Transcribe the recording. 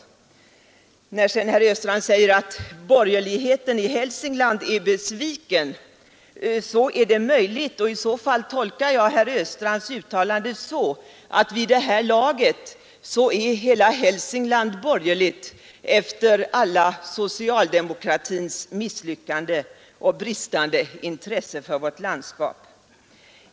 Herr Östrand säger att de borgerliga i Hälsingland är besvikna. Jag tror alla är besvikna — men kanske är alla i Hälsingland borgerliga efter alla socialdemokratins misslyckanden och bristande intresse för vårt landskap.